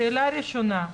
שאלה ראשונה,